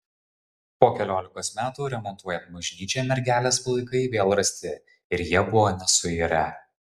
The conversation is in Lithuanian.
po keliolikos metų remontuojant bažnyčią mergelės palaikai vėl rasti ir jie buvo nesuirę